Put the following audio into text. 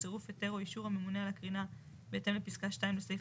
בצירוף היתר או אישור הממונה על הקרינה בהתאם לפסקה (2) לסעיף